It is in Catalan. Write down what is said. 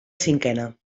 cinquena